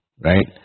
right